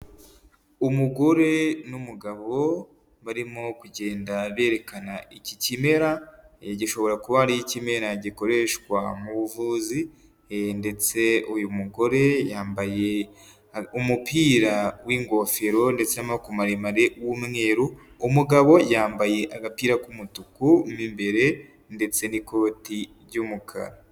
Umugore n'umugabo barimo kugenda berekana iki kimera, gishobora kuba ari ikimera gikoreshwa mu buvuzi ndetse uyu mugore yambaye umupira w'ingofero ndetse w'amaboko maremare w'umweru, umugabo yambaye agapira k'umutuku mo imbere ndetse n'ikoti ry'umukara.